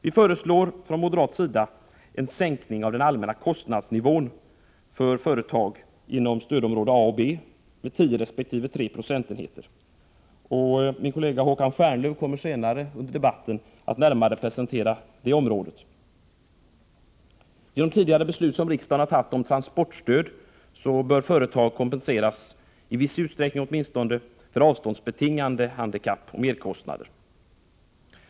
Vi föreslår från moderat sida en sänkning av den allmänna kostnadsnivån för företag inom stödområde A och B med 10 resp. 3 procentenheter. Min kollega Håkan Stjernlöf kommer senare under debatten att närmare presentera detta område. Genom tidigare beslut som riksdagen har fattat om transportstöd bör företagen kompenseras, åtminstone i viss utsträckning, för avståndsbetingade handikapp och merkostnader.